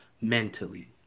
mentally